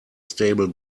stable